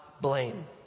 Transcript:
blame